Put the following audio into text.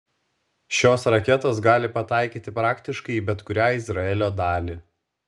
šios raketos gali pataikyti praktiškai į bet kurią izraelio dalį